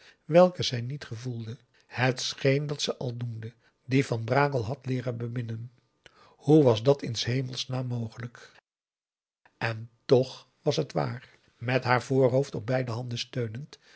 welke zij niet gevoelde het scheen dat ze al doende dien van brakel had leeren beminnen hoe was dat in s hemels naam mogelijk en toch was het waar met haar voorhoofd op beide handen steunend